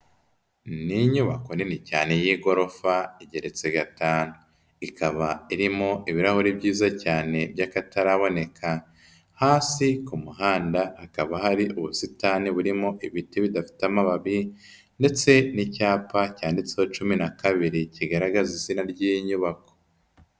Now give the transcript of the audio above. Ni inyubako nini cyane y'igorofa igereretse gatanu, ikaba irimo ibirahure byiza cyane by'akataraboneka, hasi ku muhanda hakaba hari ubusitani burimo ibiti bidafite amababi ndetse n'icyapa cyanditseho cumi na kabiri kigaragaza izina ry'iyi nyubako.